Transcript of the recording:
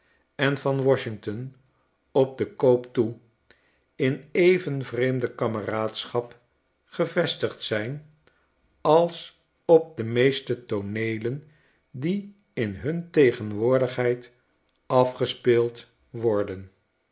en van washington op de koop toe in even vreemde kameraadschap gevestigd zijn als op de meeste tooneelen die in hun tegenwoordigheid afgespeeld worden